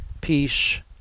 peace